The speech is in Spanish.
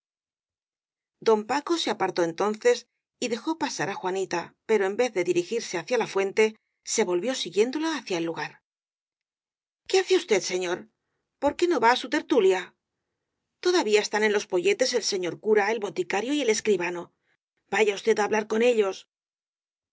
don paco se apartó entonces y dejó pasará jua nita pero en vez de dirigirse hacia la fuente se volvió siguiéndola hacia el lugar qué hace usted señor por qué no va á su tertulia todavía están en los poyetes el señor cura el boticario y el escribano váyase usted á hablar con ellos